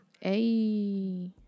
Hey